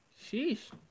Sheesh